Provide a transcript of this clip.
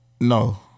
No